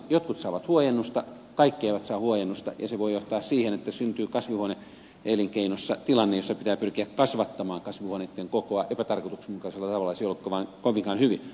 jotkut saavat huojennusta kaikki eivät saa huojennusta ja se voi johtaa siihen että syntyy kasvihuone elinkeinossa tilanne jossa pitää pyrkiä kasvattamaan kasvihuoneitten kokoa epätarkoituksenmukaisella tavalla mikä ei olisi kovinkaan hyvä